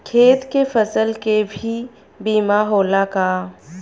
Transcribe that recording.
खेत के फसल के भी बीमा होला का?